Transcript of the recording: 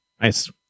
nice